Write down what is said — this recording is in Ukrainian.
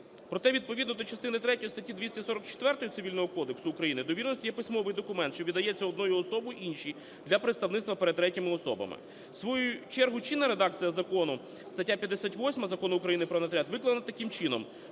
Проте відповідно до частини третьої статті 244 Цивільного кодексу України довіреність є письмовий документ, що видається однією особою іншій для представництва перед третіми особами. В свою чергу чинна редакція закону, стаття 58 Закону України "Про нотаріат", викладена таким чином: